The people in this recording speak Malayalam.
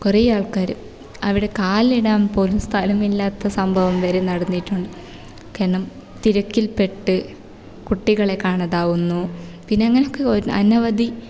കുറേ ആള്ക്കാർ അവിടെ കാലിടാന് പോലും സ്ഥലമില്ലാത്ത സംഭവം വരെ നടന്നിട്ടുണ്ട് കാരണം തിരക്കില് പെട്ട് കുട്ടികളെ കാണാതാവുന്നു പിന്നെ അങ്ങനൊക്കെ അനവധി